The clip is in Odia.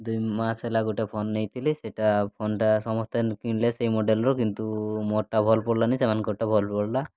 ଦୁଇ ମାସ ହେଲା ଗୋଟେ ଫୋନ୍ ନେଇଥିଲି ସେଟା ଫୋନଟା ସମସ୍ତେ କିଣିଲେ ସେଇ ମଡ଼େଲରୁ କିନ୍ତୁ ମୋରଟା ଭଲ୍ ପଡ଼ିଲାନି ସେମାନଙ୍କଟା ଭଲ୍ ପଡ଼ିଲା